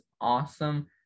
awesome